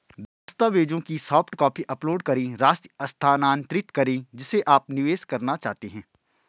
दस्तावेजों की soft copy upload करें, राशि स्थानांतरित करें जिसे आप निवेश करना चाहते हैं